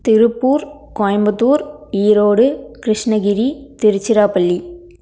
Tiruppur Coimbatore Erode Krishnagiri Tiruchirappalli